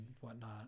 whatnot